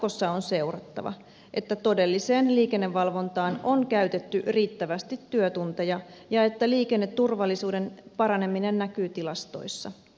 jatkossa on seurattava että todelliseen liikennevalvontaan on käytetty riittävästi työtunteja ja että liikenneturvallisuuden paraneminen näkyy tilastoissa